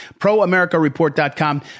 ProAmericaReport.com